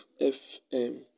F-M